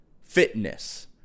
fitness